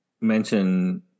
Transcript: mention